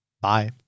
Bye